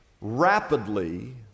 rapidly